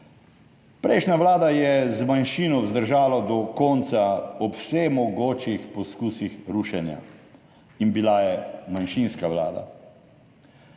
Prejšnja vlada je z manjšino vzdržala do konca ob vseh mogočih poskusih rušenja in bila je manjšinska vlada.